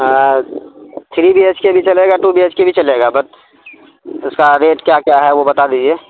three B H K بھی چلے گا ٹو بی ایچ کے بھی چلے گا بس اس کا ریٹ کیا کیا ہے وہ بتا دیجیے